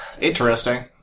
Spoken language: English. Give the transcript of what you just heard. Interesting